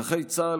נכי צה"ל,